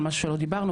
על משהו שלא דיברנו,